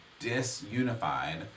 disunified